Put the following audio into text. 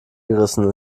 gerissen